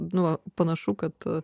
nuo panašu kad